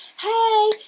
Hey